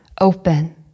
open